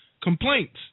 complaints